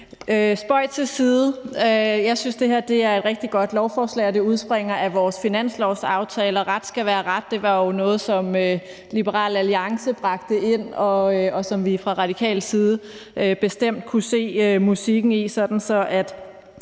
spøg til side. Jeg synes, at det her er et rigtig godt lovforslag. Det udspringer af vores finanslovsaftale, og ret skal være ret; det var jo noget, som Liberal Alliance bragte ind i det, og som vi fra Radikales side bestemt kunne se musikken i, altså den